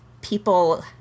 people